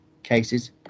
cases